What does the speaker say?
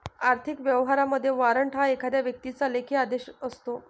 आर्थिक व्यवहारांमध्ये, वॉरंट हा एखाद्या व्यक्तीचा लेखी आदेश असतो